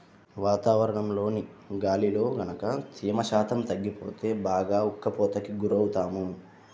వాతావరణంలోని గాలిలో గనక తేమ శాతం తగ్గిపోతే బాగా ఉక్కపోతకి గురవుతాము